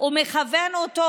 ומכוון אותו,